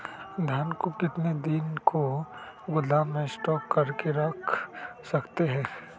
धान को कितने दिन को गोदाम में स्टॉक करके रख सकते हैँ?